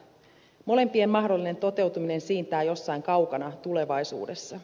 molempien mahdollinen toteutuminen siintää jossain kaukana tulevaisuudessa